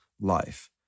life